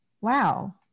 wow